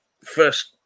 first